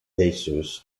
jesus